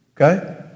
Okay